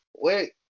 Wait